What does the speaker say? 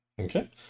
Okay